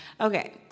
okay